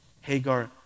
Hagar